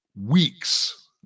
weeks